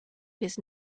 his